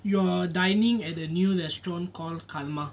you are dining at a new restaurant called karma